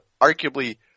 arguably